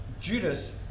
judas